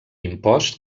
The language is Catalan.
impost